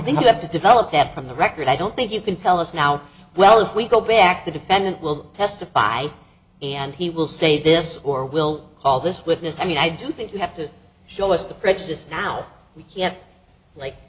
think you have to develop that from the record i don't think you can tell us now well if we go back the defendant will testify and he will say this or we'll call this witness i mean i do think you have to show us the prejudice now we can